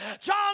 John